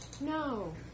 No